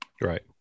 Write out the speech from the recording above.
right